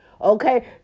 Okay